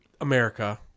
america